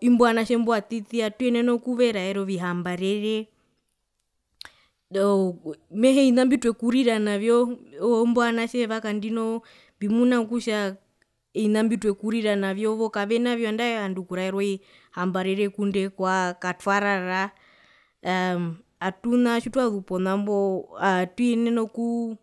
imbo vanatje imbo vatiti atuyenene okuveraera ovihambarere mehee ovina mbitwekurisa navyo imbo vanatje vakandino mbimuna kutja eoina mbitwekurisiwa navyo kavena vyo andae ovandu okuraerwa ovihambarere ngundee katwarara aaeeaa atuna tjitwazu pona mbo atuyenene okuu